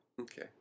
Okay